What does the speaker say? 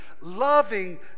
loving